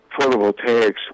photovoltaics